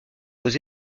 aux